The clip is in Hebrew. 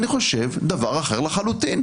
אני חושב שזה דבר אחר לחלוטין.